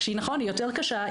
שנכון שהיא יותר קשה,